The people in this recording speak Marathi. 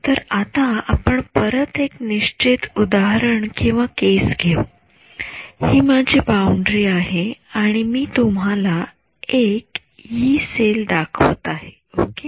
तर आता आपण परत एक निश्चित उदाहरणकेस घेऊ हि माझी बाउंडरी आहे आणि मी तुम्हाला एक यी सेल दाखवत आहे ओके